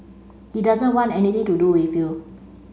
he doesn't want anything to do with you